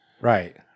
Right